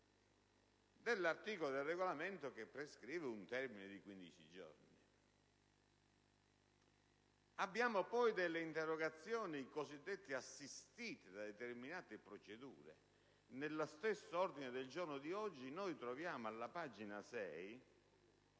dell'articolo del Regolamento che prescrive un termine di 15 giorni. Abbiamo poi delle interrogazioni cosiddette assistite da determinate procedure. Nello stesso ordine del giorno di oggi vi è l'interpellanza